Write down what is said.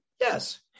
yes